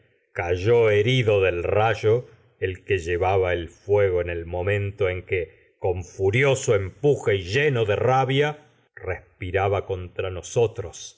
cayó herido del rayo el que llevaba el fuego en el momento en que con y furioso empuje soplo lleno de rabia respiraba contra nosotros